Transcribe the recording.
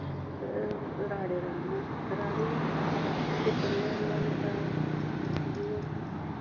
राह्ड़े रांह्दियां राह्ड़े बी इ'यां चित्तरने ओह्दे आह्ला लेखा जि'यां